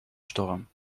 storm